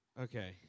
Okay